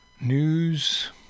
news